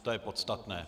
To je podstatné.